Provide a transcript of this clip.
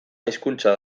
hizkuntza